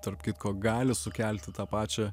tarp kitko gali sukelti tą pačią